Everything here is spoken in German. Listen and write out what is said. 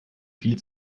viel